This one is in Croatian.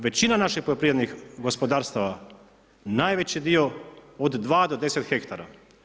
Većina naših poljoprivrednih gospodarstava, najveći dio od 2-10 hektara.